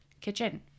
Kitchen